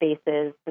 spaces